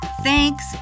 Thanks